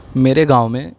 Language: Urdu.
میرے گاؤں میں